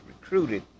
recruited